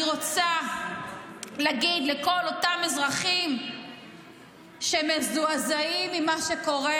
אני רוצה להגיד לכל אותם אזרחים שמזועזעים ממה שקורה: